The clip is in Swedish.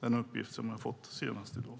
Den uppgiften har jag fått senast i dag.